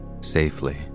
safely